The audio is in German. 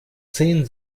zehn